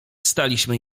staliśmy